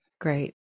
Great